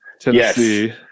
Tennessee